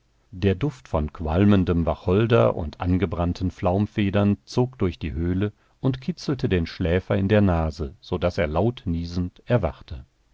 der duft von qualmendem wacholder und angebrannten flaumfedern zog durch die höhle und kitzelte den schläfer in der nase so daß er laut niesend erwachte